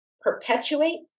perpetuate